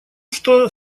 что